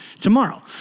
tomorrow